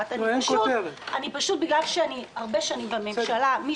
פשוט בגלל שאני שנים רבות בממשלה מי